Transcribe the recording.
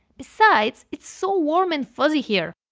besides, it's so warm and fuzzy here